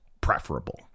preferable